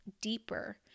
deeper